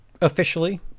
officially